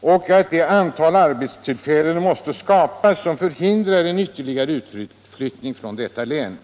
och det antal arbetstillfällen skapas som behövs för att förhindra en ytterligare utflyttning från detta län.